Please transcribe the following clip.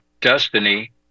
destiny